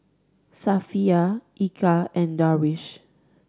Safiya Eka and Darwish